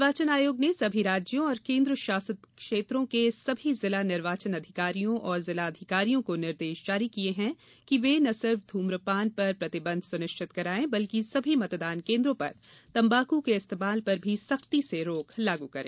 निर्वाचन आयोग ने सभी राज्यों और केन्द्र शासित क्षेत्रों के सभी जिला निर्वाचन अधिकारियों और जिलाधिकारियों को निर्देश जारी किये हैं कि वे न सिर्फ धुम्रपान पर प्रतिबंध सुनिश्चित कराये बल्कि सभी मतदान केन्द्रों पर तम्बाक के इस्तेमाल पर भी सख्ती से रोक लागू करें